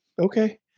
okay